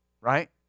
Right